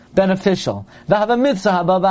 beneficial